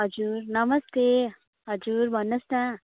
हजुर नमस्ते हजुर भन्नुहोस् न